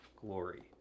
glory